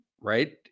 right